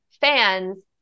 fans